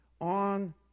on